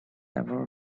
ever